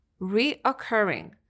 reoccurring